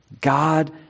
God